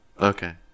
Okay